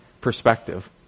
perspective